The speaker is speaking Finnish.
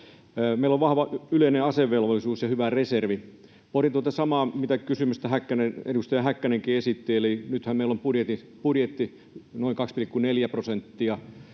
Meillä on vahva yleinen asevelvollisuus ja hyvä reservi. Pohdin tuota samaa kysymystä, minkä edustaja Häkkänenkin esitti, kun nythän meillä budjetti on noin 2,4 prosenttia